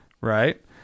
Right